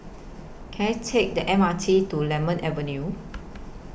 Can I Take The M R T to Lemon Avenue